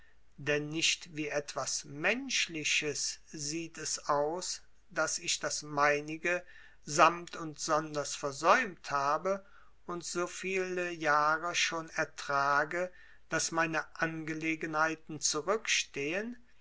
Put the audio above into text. denn nicht wie etwas menschliches sieht es aus daß ich das meinige samt und sonders versäumt habe und so viele jahre schon ertrage daß meine angelegenheiten zurückstehen